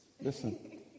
Listen